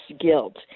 guilt